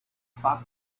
fact